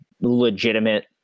legitimate